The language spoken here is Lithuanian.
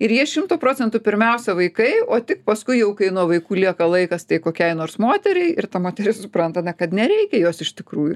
ir jie šimtu procentų pirmiausia vaikai o tik paskui jau kai nuo vaikų lieka laikas tai kokiai nors moteriai ir ta moteris supranta na kad nereikia jos iš tikrųjų